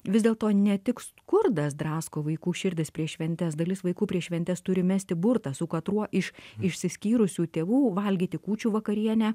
vis dėlto ne tik skurdas drasko vaikų širdis prieš šventes dalis vaikų prieš šventes turi mesti burtą su katruo iš išsiskyrusių tėvų valgyti kūčių vakarienę